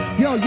yo